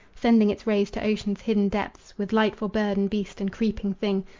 sending its rays to ocean's hidden depths, with light for bird and beast and creeping thing,